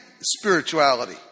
spirituality